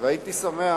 והייתי שמח